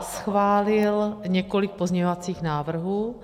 Schválil několik pozměňovacích návrhů.